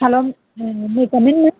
hello may come in ma'am